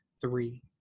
Three